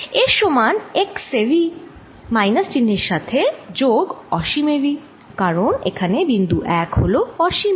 এর সমান x এ V মাইনাস চিহ্নের সাথে যোগ অসীম এ V কারণ এখানে বিন্দু 1হল অসীমে